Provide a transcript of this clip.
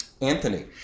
Anthony